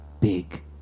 Big